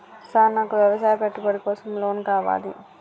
Sir నాకు వ్యవసాయ పెట్టుబడి కోసం లోన్ కావాలి?